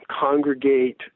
congregate